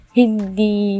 hindi